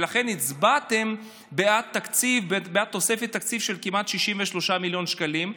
ולכן הצבעתם בעד תוספת תקציב של כמעט 63 מיליון שקלים.